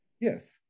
Yes